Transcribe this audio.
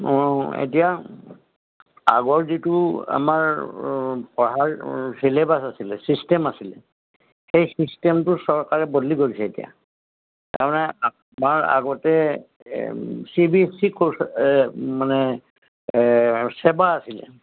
অঁ এতিয়া আগৰ যিটো আমাৰ পঢ়াৰ ছিলেবাছ আছিলে ছিষ্টেম আছিলে সেই ছিষ্টেমটো চৰকাৰে বদলি কৰিছে এতিয়া তাৰমানে আমাৰ আগতে C B S C course মানে ছেবা আছিলে